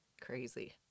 Crazy